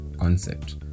concept